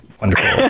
Wonderful